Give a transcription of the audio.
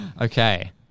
Okay